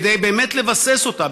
באמת כדי לבסס אותה.